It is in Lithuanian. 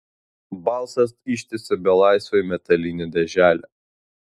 balsas ištiesė belaisviui metalinę dėželę